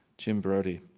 jim brodey